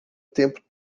tempo